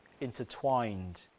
intertwined